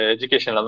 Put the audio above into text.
Education